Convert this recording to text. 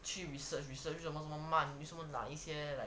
去 research research 为什么那么慢拿一些 like